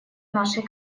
нашей